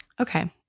Okay